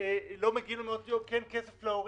לא מגיעים למעונות היום כי אין כסף להורים,